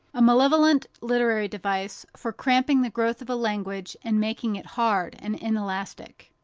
a malevolent literary device for cramping the growth of a language and making it hard and inelastic.